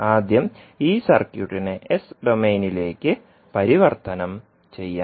ആദ്യം ഈ സർക്യൂട്ടിനെ എസ് ഡൊമെയ്നിലേയ്ക്ക് പരിവർത്തനം ചെയ്യാം